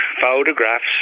photographs